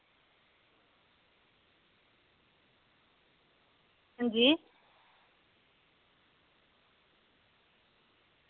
अंजी